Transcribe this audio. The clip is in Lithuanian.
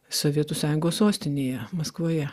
sovietų sąjungos sostinėje maskvoje